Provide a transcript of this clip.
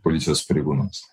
policijos pareigūnams